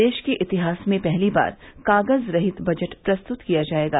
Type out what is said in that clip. देश के इतिहास में पहली बार कागज रहित बजट प्रस्तुत किया जाएगा